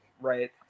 right